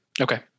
okay